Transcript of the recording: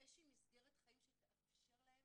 איזה שהיא מסגרת חיים שתאפשר להם